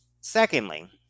Secondly